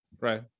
Right